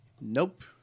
Nope